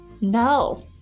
No